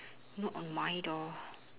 not on my door